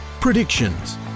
predictions